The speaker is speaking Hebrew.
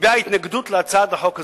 הביעה התנגדות להצעת החוק הזאת.